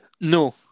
No